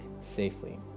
safely